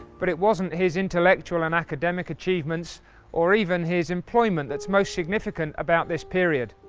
but it wasn't his intellectual and academic achievements or even his employment that's most significant about this period.